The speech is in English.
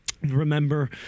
Remember